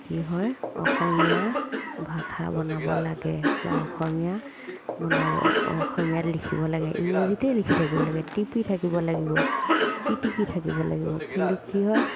কি হয় অসমীয়া ভাষা বনাব লাগে বা অসমীয়া বনাব অসমীয়াত লিখিব লাগে ইংৰাজীতে লিখি থাকিব লাগে টিপি থাকিব লাগিব পিটিকি থাকিব লাগিব কিন্তু কি হয়